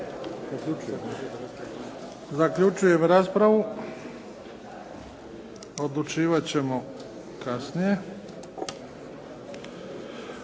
Zaključujem raspravu. Odlučivat ćemo kasnije.